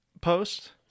post